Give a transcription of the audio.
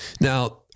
Now